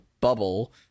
bubble